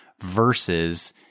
versus